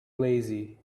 lazy